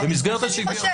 במסגרת השוויון.